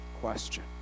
question